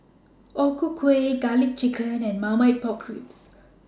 O Ku Kueh Garlic Chicken and Marmite Pork Ribs